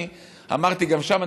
אני אמרתי גם שם,